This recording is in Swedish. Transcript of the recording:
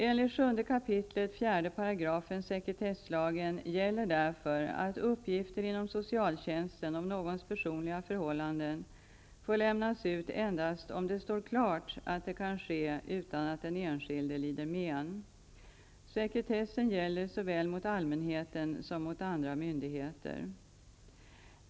Enligt 7 kap. 4 § sekretesslagen gäller därför att uppgifter inom socialtjänsten om någons personliga förhållanden får lämnas ut endast om det står klart att det kan ske utan att den enskilde lider men. Sekretessen gäller såväl mot allmänheten som mot andra myndigheter.